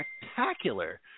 spectacular